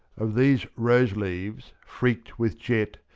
of these rose-leaves freakt with jet,